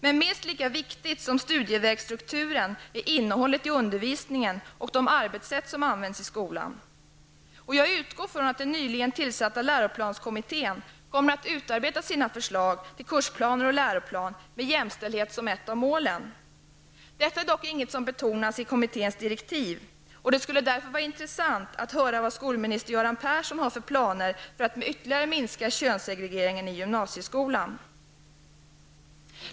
Men minst lika viktigt som studievägsstrukturen är innehållet i undervisningen och de arbetssätt som används i skolan. Jag utgår ifrån att den nyligen tillsatta läroplanskommittén kommer att utarbeta sina förslag till kursplaner och läroplan med jämställdhet som ett av målen. Detta är dock inget som betonas i kommitténs direktiv. Det skulle därför vara intressant att höra vad skolminister Göran Persson har för planer för att ytterligare minska könssegregeringen i gymnasieskolan.